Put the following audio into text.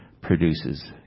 produces